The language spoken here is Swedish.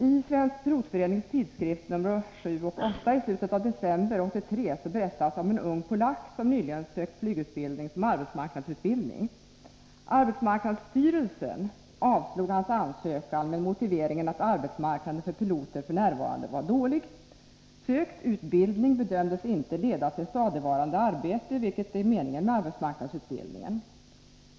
I Svensk pilotförenings tidskrift nr 7/8 i slutet av december 1983 berättas om en ung polack som nyligen sökt flygutbildning som arbetsmarknadsutbildning. Arbetsmarknadsstyrelsen avslog hans ansökan med motiveringen att arbetsmarknaden för piloter f. n. var dålig. Sökt utbildning bedömdes inte leda till stadigvarande arbete, vilket är meningen med arbetsmarknadsutbildningen.